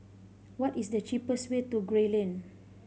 what is the cheapest way to Gray Lane